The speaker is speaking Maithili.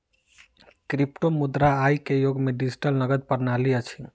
क्रिप्टोमुद्रा आई के युग के डिजिटल नकद प्रणाली अछि